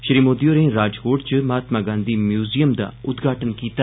श्री मोदी होरें राजकोट च महात्मा गांधी म्यूज़ियम दा उद्घाटन कीता